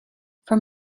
from